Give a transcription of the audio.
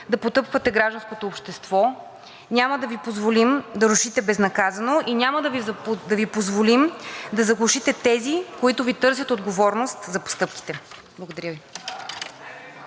да потъпквате гражданското общество, няма да Ви позволим да рушите безнаказано и няма да Ви позволим да заглушите тези, които Ви търсят отговорност за постъпките. Благодаря Ви.